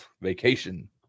vacation